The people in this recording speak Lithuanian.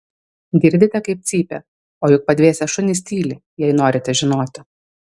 girdite kaip cypia o juk padvėsę šunys tyli jei norite žinoti